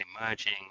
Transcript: emerging